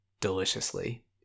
deliciously